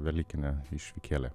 velykinė išvykėlė